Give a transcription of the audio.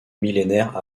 millénaire